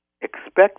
expect